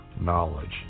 knowledge